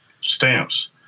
stamps